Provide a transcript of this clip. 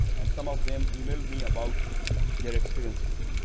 and some of them e-mailed me about their experiences.